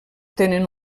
tenen